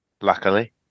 Luckily